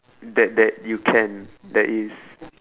that that you can there is